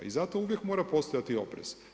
I zato uvijek mora postojati oprez.